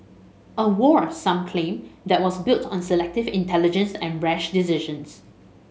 a war some claim that was built on selective intelligence and rash decisions